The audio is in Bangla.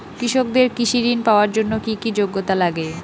কৃষকদের কৃষি ঋণ পাওয়ার জন্য কী কী যোগ্যতা লাগে?